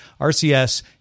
RCS